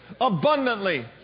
abundantly